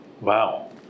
Wow